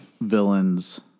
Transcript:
Villains